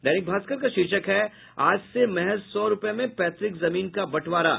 दैनिक भास्कर का शीर्षक है आज से महज सौ रूपये में पैत्रक जमीन का बंटवारा